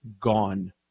gone